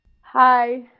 Hi